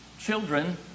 children